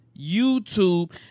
YouTube